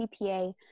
CPA